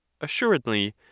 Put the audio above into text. Assuredly